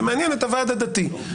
זה מעניין את הוועד הדתי.